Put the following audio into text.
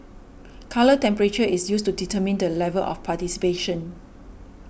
colour temperature is used to determine the level of participation